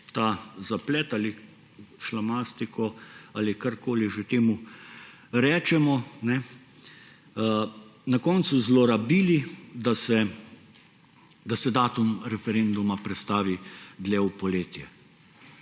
ta zaplet, ali šlamastiko, ali karkoli že temu rečemo, na koncu zlorabili, da se datum referenduma prestavi dlje v poletje.